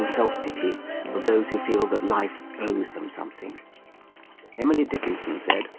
the self pity for those who feel that life owes them something emily dickinson said